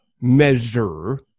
measure